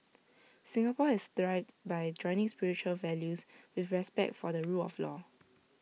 Singapore has thrived by joining spiritual values with respect for the rule of law